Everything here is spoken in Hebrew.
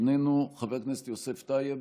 איננו, חבר הכנסת יוסף טייב,